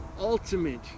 ultimate